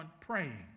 praying